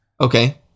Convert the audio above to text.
Okay